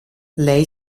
lei